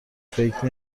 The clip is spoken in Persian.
فکر